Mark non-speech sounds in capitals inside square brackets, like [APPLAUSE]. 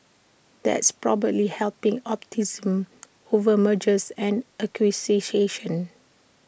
that's probably helping [UNINTELLIGIBLE] over mergers and [UNINTELLIGIBLE]